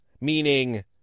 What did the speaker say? meaning